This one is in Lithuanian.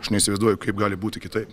aš neįsivaizduoju kaip gali būti kitaip